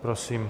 Prosím.